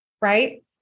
right